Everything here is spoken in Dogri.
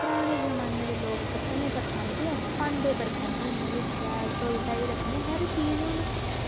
पराने जमाने दे लोक पत्तलें पर खंदे ते अस भांडें पर खन्ने होन्ने अस शैल धोई रक्खने हर चीज़ हून